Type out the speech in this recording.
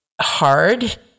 hard